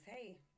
hey